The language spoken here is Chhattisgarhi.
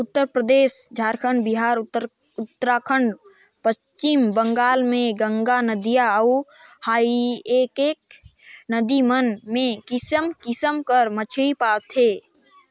उत्तरपरदेस, झारखंड, बिहार, उत्तराखंड, पच्छिम बंगाल में गंगा नदिया अउ सहाएक नदी मन में किसिम किसिम कर मछरी पवाथे